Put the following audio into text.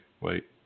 wait